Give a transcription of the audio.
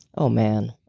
oh man.